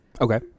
Okay